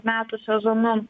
metų sezonu